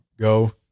go